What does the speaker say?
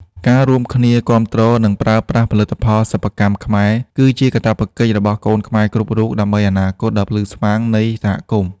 ការរួមគ្នាគាំទ្រ និងប្រើប្រាស់ផលិតផលសិប្បកម្មខ្មែរ គឺជាកាតព្វកិច្ចរបស់កូនខ្មែរគ្រប់រូប ដើម្បីអនាគតដ៏ភ្លឺស្វាងនៃសហគមន៍។